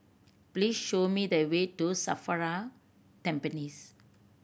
please show me the way to SAFRA Tampines